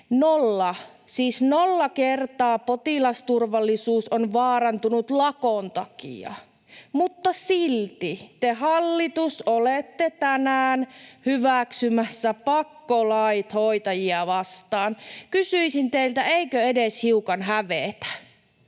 Nolla — siis nolla kertaa potilasturvallisuus on vaarantunut lakon takia, mutta silti te, hallitus, olette tänään hyväksymässä pakkolait hoitajia vastaan. Kysyisin teiltä: eikö edes hiukan hävetä?